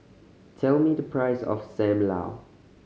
tell me the price of Sam Lau